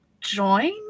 join